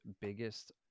biggest